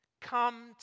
Come